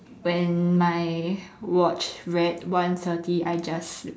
when my watch read one thirty I just